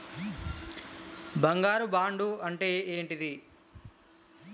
బంగారు బాండు అంటే ఏంటిది?